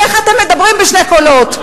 איך אתם מדברים בשני קולות?